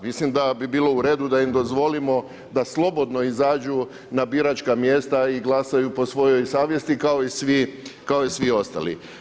Mislim da bi bilo u redu da im dozvolimo da slobodno izađu na biračka mjesta i glasaju po svojoj savjesti kao i svi ostali.